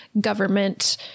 government